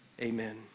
Amen